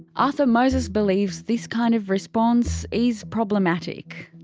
arthur moses believes this kind of response is problematic.